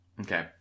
Okay